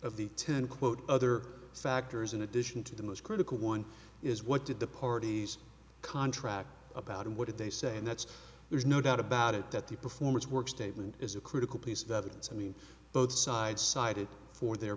of the ten quote other factors in addition to the most critical one is what did the parties contract about and what did they say and that's there's no doubt about it that the performer's work statement is a critical piece of evidence i mean both sides cited for their